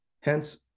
hence